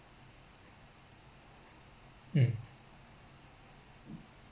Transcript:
mm